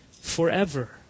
forever